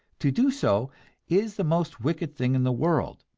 to do so is the most wicked thing in the world,